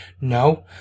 No